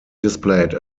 displayed